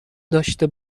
داشته